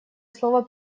слово